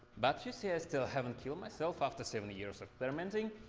but you see, i still haven't kill myself after seven years of experimenting.